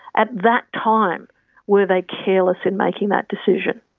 at that time were they careless in making that decision?